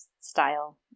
style